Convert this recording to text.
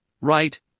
right